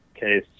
case